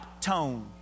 tone